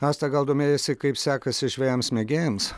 asta gal domėjaisi kaip sekasi žvejams mėgėjams